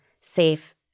safe